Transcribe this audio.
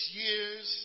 years